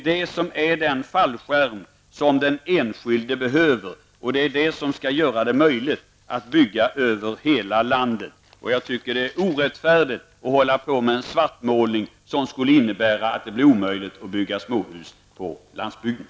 Det är den fallskärm som den enskilde behöver. Det skall göra det möjligt att bygga över hela landet. Jag tycker att det är orättfärdigt att hålla på med en svartmålning om att det blir omöjligt att bygga småhus på landsbygden.